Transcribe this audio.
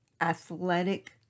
athletic